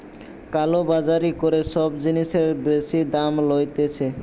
কালো বাজারি করে সব জিনিসের বেশি দাম লইতেছে